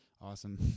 Awesome